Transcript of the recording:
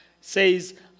says